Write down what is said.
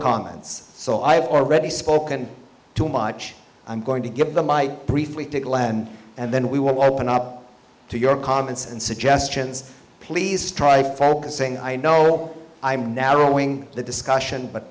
comments so i've already spoken too much i'm going to give them my brief we take land and then we will open up to your comments and suggestions please try focusing i know i am now rowing the discussion but